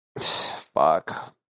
Fuck